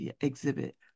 exhibit